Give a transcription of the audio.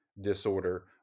disorder